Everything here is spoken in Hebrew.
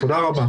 תודה רבה.